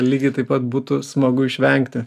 lygiai taip pat būtų smagu išvengti